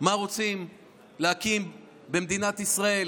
מה רוצים להקים במדינת ישראל,